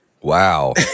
wow